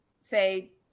say